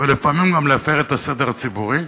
ולפעמים גם להפר את הסדר הציבורי,